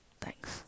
Thanks